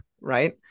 Right